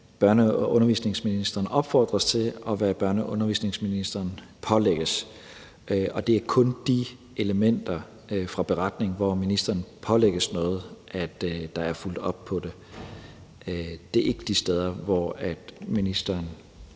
og undervisningsministeren opfordres til, og hvad børne- og undervisningsministeren pålægges. Det er kun de elementer fra beretningen, hvor ministeren pålægges noget, at der er fulgt op på det. Det er ikke de steder, hvor ministeren